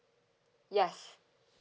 yes